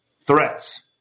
threats